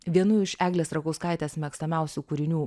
vienu iš eglės rakauskaitės mėgstamiausių kūrinių